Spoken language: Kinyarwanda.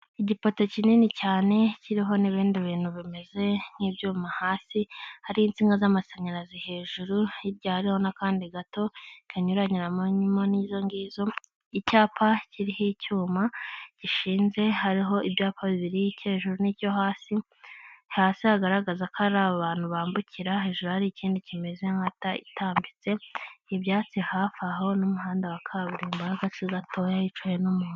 igipoto kinini cyane kiriho n'ibindi bintu bimeze nk'ibyuma hasi hari insinga z'amashanyarazi hejuru y'ibyareho n'akandi gato kanyuranye n'izo ngizo icyapa kiriho icyuma gishinze hariho ibyapa 2 hejuru n'icyo hasi hasi agaragaza ko hari abantu bambukira hejuru hari ikindi kimeze nka ta itambitse ibyatsi hafi aho n'umuhanda wa kaburimboga sitoya yicaye n'umuntu.